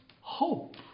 hope